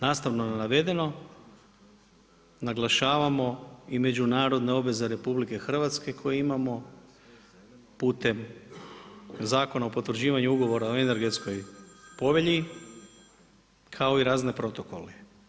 Nastavno na navedeno, naglašavamo i međunarodna obveza RH koju imam putem Zakona o potvrđivanju ugovora o energetskoj povelji kao i razne protokole.